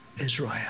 Israel